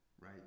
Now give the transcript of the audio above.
right